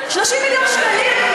30 מיליון שקלים,